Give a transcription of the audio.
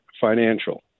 financial